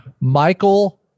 Michael